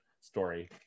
story